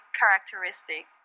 characteristic